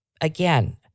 again